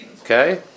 Okay